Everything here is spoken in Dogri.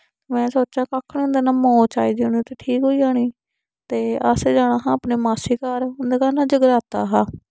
में सोचेया कक्ख निं होंदा इ'यां मोच आई दी ते ठीक होई जानी ते अस जाना हा अपनी मासी घर उंदे घर ना जगराता हा